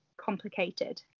complicated